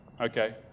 Okay